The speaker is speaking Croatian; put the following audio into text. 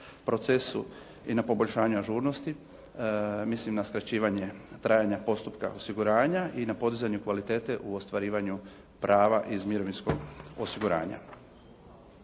i na poboljšanju ažurnosti, mislim na skraćivanje trajanja postupka osiguranja i na podizanju kvalitete u ostvarivanju prava iz mirovinskog osiguranja.